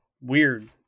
weird